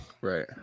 Right